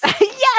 yes